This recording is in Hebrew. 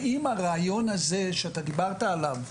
האם הרעיון הזה שאתה דיברת עליו,